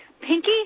Pinky